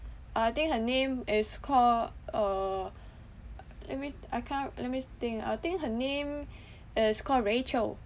uh I think her name is call uh let me I can't let me think I think her name is call rachel